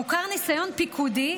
מוכר ניסיון פיקודי,